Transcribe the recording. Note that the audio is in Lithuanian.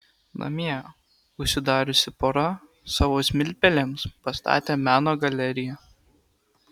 namie užsidariusi pora savo smiltpelėms pastatė meno galeriją